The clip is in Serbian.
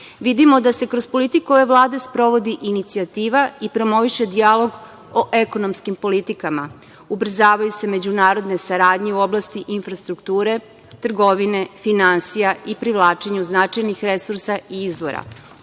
zemlji. Vidimo da se kroz politiku ove Vlade sprovodi inicijativa i promoviše dijalog o ekonomskim politikama, ubrzavaju se međunarodne saradnje u oblasti infrastrukture, trgovine, finansija i privlačenju značajnih resursa i izvora,